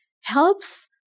helps